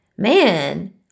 man